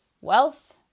Wealth